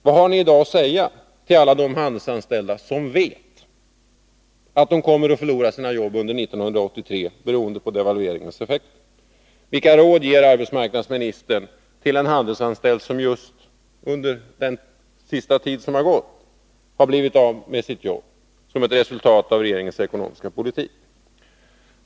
Vad har man i dag att säga till alla de handelsanställda som vet att de kommer att förlora sina jobb under 1983, beroende på devalveringens effekter? Vilka råd ger arbetsmarknadsministern till en handelsanställd som just under den senaste tiden blivit av med sitt jobb som ett resultat av regeringens ekonomiska politik?